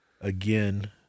again